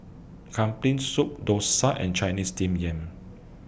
Kambing Soup Dosa and Chinese Steamed Yam